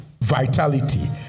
vitality